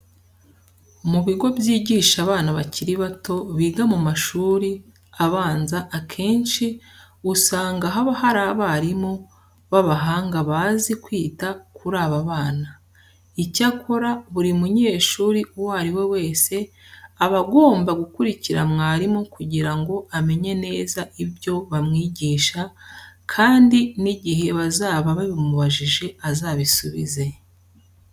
Mu bigo byigisha abana bakiri bato biga mu mashuri abanza akenshi usanga haba hari abarimu b'abahanga bazi kwita kuri aba bana. Icyakora buri munyeshuri uwo ari we wese aba agomba gukurikira mwarimu kugira ngo amenye neza ibyo bamwigisha kandi n'igihe bazaba babimubajije azabisubize.